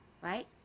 right